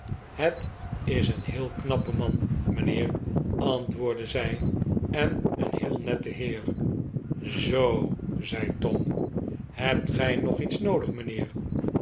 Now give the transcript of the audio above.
het is een heel knappe man mijnheer antwoordde zij en een heel nette heer zoo zei tom hebt gij nog iets noodig mijnheer